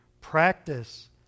Practice